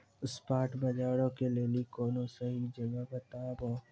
spot बजारो के लेली कोनो सही जगह बताबो